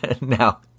Now